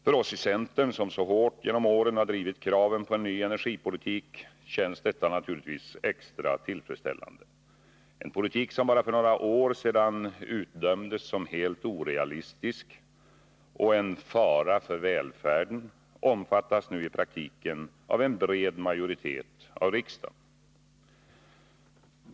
För oss i centern, som så hårt genom åren har drivit kraven på en ny energipolitik, känns detta naturligtvis extra tillfredsställande. En politik som för bara några år sedan utdömdes som helst orealistisk och en fara för välfärden omfattas nu i praktiken av en bred majoritet av riksdagen.